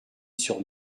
sur